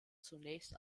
zunächst